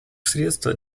средства